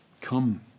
Come